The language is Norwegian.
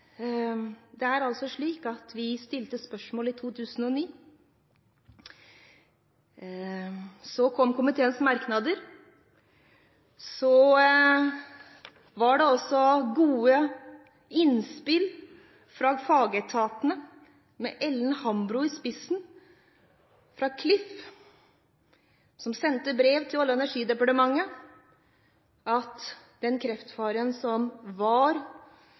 Vi stilte spørsmålet i 2009, så kom komiteens merknader, og så var det gode innspill fra fagetatene med Ellen Hambro fra Klif i spissen, som sendte brev til Olje- og energidepartementet om at den kreftfaren som var,